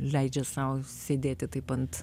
leidžia sau sėdėti taip ant